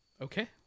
Okay